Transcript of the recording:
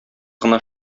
гына